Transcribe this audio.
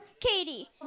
Katie